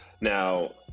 now